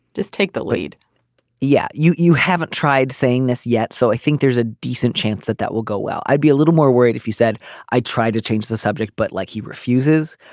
just take the lead yeah. you you haven't tried saying this yet so i think there's a decent chance that that will go well. i'd be a little more worried if you said i tried to change the subject but like he refuses.